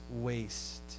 waste